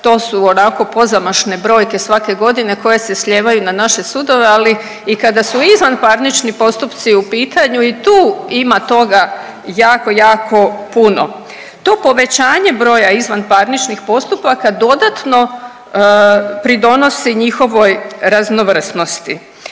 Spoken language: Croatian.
to su onako pozamašne brojke svake godine koje se slijevaju na naše sudove, ali i kada su izvanparnični postupci u pitanju i tu ima toga jako, jako puno. To povećanje broja izvanparničnih postupaka dodatno pridonosi njihovoj raznovrsnosti.